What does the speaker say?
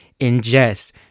ingest